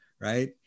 right